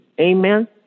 Amen